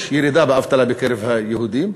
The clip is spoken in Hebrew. יש ירידה באבטלה בקרב היהודים,